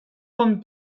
com